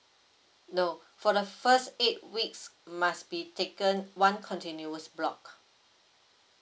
no for the first eight weeks must be taken one continuous block